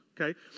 okay